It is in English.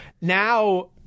now